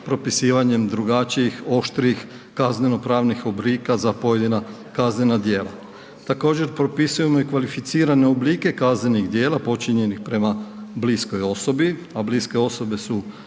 propisivanjem drugačijih, oštrijih kazneno-pravnih oblika za pojedina kaznena djela. Također propisujemo i kvalificirane oblike kaznenih djela počinjenih prema bliskoj osobi a bliske osobe su